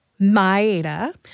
Maeda